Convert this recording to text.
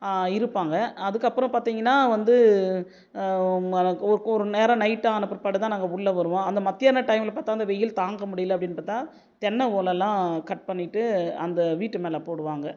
இருப்பாங்கள் அதுக்கப்புறம் பார்த்தீங்கன்னா வந்து மர ஒரு ஒரு நேரம் நைட் ஆனால் பிற்பாடு தான் நாங்கள் உள்ளே வருவோம் அந்த மத்தியான டைமில் பார்த்தா அந்த வெயில் தாங்க முடியலை அப்படின்னு பார்த்தா தென்னை ஓலைலாம் கட் பண்ணிகிட்டு அந்த வீட்டு மேலே போடுவாங்கள்